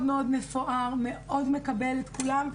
מאוד מאוד מפואר, מאוד מקבל את כולם,